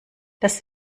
das